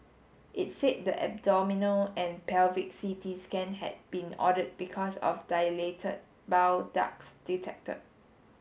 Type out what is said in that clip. it said the abdominal and pelvic C T scan had been ordered because of dilated bile ducts detected